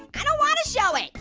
i don't want to show it,